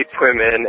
women